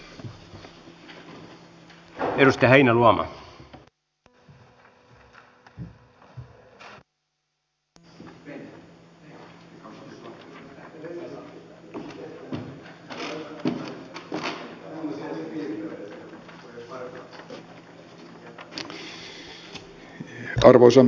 arvoisa puhemies